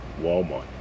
Walmart